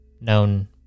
known